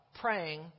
praying